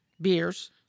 Beers